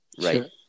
Right